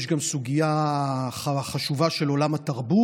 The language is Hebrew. יש גם סוגיה חשובה של עולם התרבות,